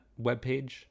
webpage